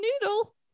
Noodle